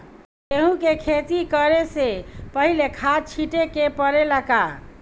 गेहू के खेती करे से पहिले खाद छिटे के परेला का?